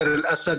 דיר אל סעד,